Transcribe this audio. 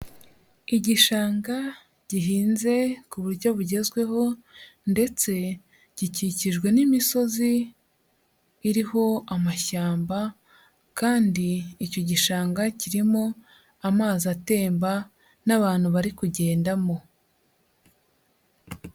Igishanga gihinze ku buryo bugezweho ndetse gikikijwe n'imisozi iriho amashyamba, kandi icyo gishanga kirimo amazi atemba n'abantu bari kugendamo.